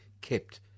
kept